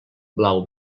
blau